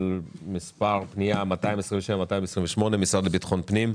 מס' פנייה 227,228 המשרד לביטחון פנים,